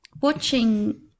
Watching